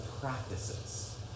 practices